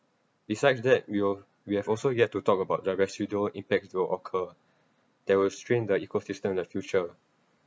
besides that we'll we have also yet to talk about the residual impact to occur they will strain the ecosystem of future